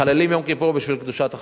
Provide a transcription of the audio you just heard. מחללים את יום כיפור בשביל קדושת החיים.